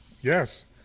Yes